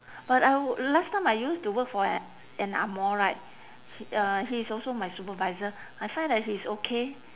but I last time I used to work for a~ an angmoh right uh he is also my supervisor I find that he is okay